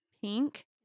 pink